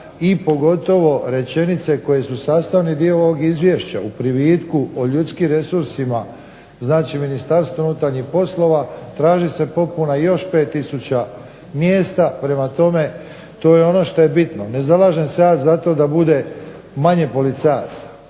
i pogotovo rečenice koje su sastavni dio ovog izvješća, u privitku o ljudskim resursima znači Ministarstvo unutarnjih poslova traži se popuna još 5000 mjesta. Prema tome, to je ono što je bitno Ne zalažem se ja za to bude manje policajaca,